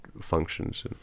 functions